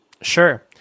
Sure